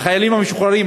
החיילים המשוחררים,